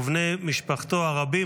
ואת בני משפחתו הרבים,